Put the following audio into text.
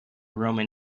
roman